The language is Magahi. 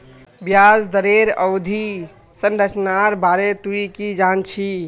ब्याज दरेर अवधि संरचनार बारे तुइ की जान छि